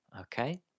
okay